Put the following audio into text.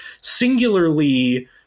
singularly